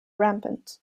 rampant